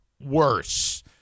worse